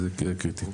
זה יהיה קריטי.